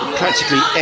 practically